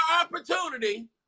opportunity